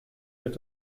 wird